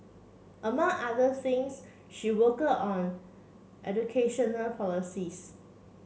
among other things she worked on educational policies